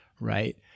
right